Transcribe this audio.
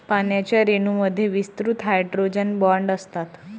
पाण्याच्या रेणूंमध्ये विस्तृत हायड्रोजन बॉण्ड असतात